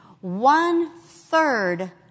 one-third